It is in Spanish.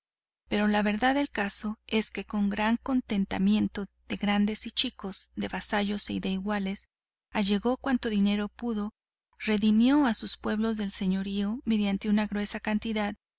pero la verdad del caso es que con gran contentamiento de grandes y chicos de vasallos y de iguales allegó cuanto dinero pudo redimió a sus pueblos del señorío mediante una gruesa cantidad